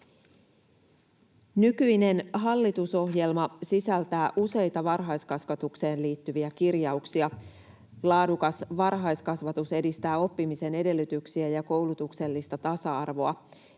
Nykyinen hallitusohjelma sisältää useita varhaiskasvatukseen liittyviä kirjauksia. Laadukas varhaiskasvatus edistää oppimisen edellytyksiä ja koulutuksellista tasa-arvoa.